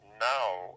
now